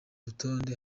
rutonde